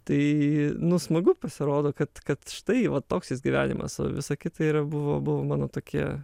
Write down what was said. tai nu smagu pasirodo kad kad štai va toks jis gyvenimas o visa kita yra buvo buvo mano tokie